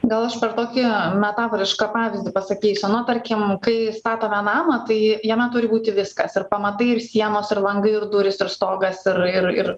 gal aš per tokį metaforišką pavyzdį pasakysiu na tarkim kai statome namą tai jame turi būti viskas ir pamatai ir sienos ir langai ir durys ir stogas ir ir ir